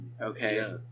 okay